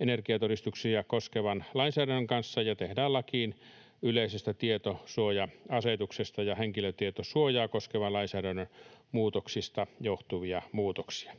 energiatodistuksia koskevan lainsäädännön kanssa ja tehdään lakiin yleisestä tietosuoja-asetuksesta ja henkilötietosuojaa koskevan lainsäädännön muutoksista johtuvia muutoksia.